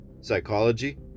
psychology